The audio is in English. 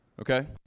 okay